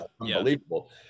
unbelievable